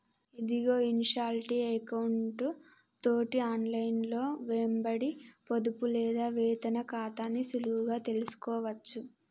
ఇదిగో ఇన్షాల్టీ ఎకౌంటు తోటి ఆన్లైన్లో వెంబడి పొదుపు లేదా వేతన ఖాతాని సులువుగా తెలుసుకోవచ్చు